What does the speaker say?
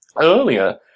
earlier